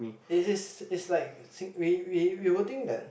is is is like we we we would think that